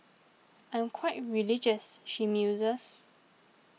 I'm quite religious she muses